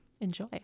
enjoy